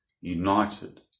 united